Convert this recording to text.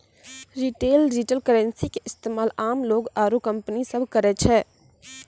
retail digital currency के इस्तेमाल आम लोग आरू कंपनी सब करै छै